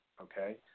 Okay